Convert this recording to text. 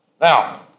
Now